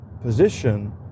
position